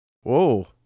Whoa